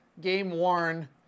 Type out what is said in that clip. game-worn